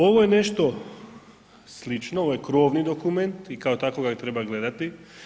Ovo je nešto slično, ovo je krovni dokument i kao takvog ga treba gledati.